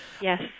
Yes